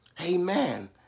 Amen